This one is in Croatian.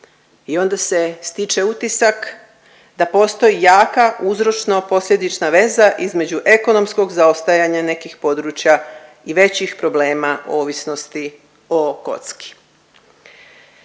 i onda se stiče utisak da postoji jaka uzročno posljedična veza između ekonomskog zaostajanja nekih područja i većih problema ovisnosti o kocki.